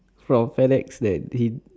from alex that he